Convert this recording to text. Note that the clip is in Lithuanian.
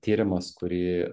tyrimas kurį